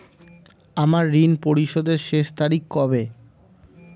আমার ঋণ পরিশোধের শেষ তারিখ কবে?